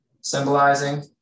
symbolizing